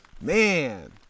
man